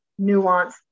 nuanced